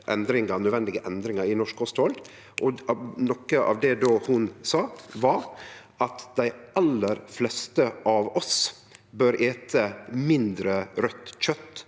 nødvendige endringar i norsk kosthald. Noko av det ho då sa, var at dei aller fleste av oss bør ete mindre raudt kjøt